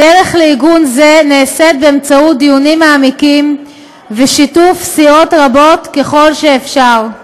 הדרך לעיגון זה נעשית בדיונים מעמיקים ובשיתוף סיעות רבות ככל שאפשר.